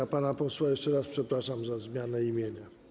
A pana posła jeszcze raz przepraszam za zmianę imienia.